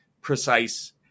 precise